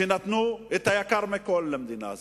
נתנו את היקר מכול למדינה הזאת.